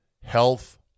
Health